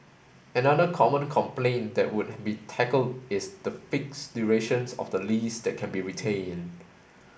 another common complaint that would be tackled is the fixed durations of the lease that can be retained